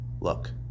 Look